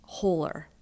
wholer